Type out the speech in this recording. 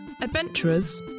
adventurers